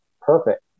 perfect